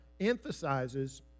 emphasizes